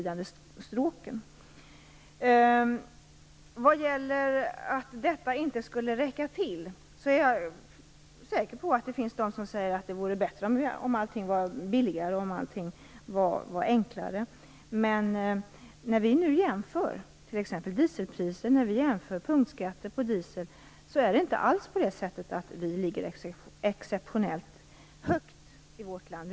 Det sägs att detta inte skulle räcka till. Jag är säker på att det finns de som anser att det vore bättre om allting var billigare och enklare. Men när vi nu jämför t.ex. dieselpriser och punktskatter finner vi att de inte alls är exceptionellt höga i vårt land.